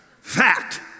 Fact